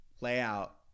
layout